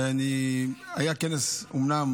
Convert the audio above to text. שהיה אומנם